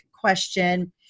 question